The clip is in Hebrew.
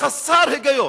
שחסר היגיון,